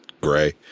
gray